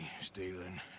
stealing